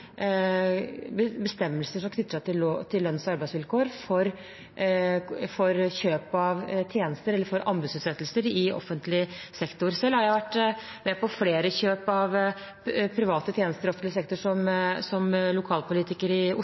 til lønns- og arbeidsvilkår for kjøp av tjenester eller anbudsutsettelse i offentlig sektor. Selv har jeg, som lokalpolitiker i Oslo, vært med på flere kjøp av private tjenester til offentlig sektor,